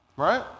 right